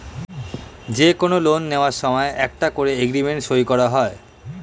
যে কোনো লোন নেয়ার সময় একটা করে এগ্রিমেন্ট সই করা হয়